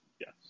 Yes